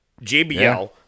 JBL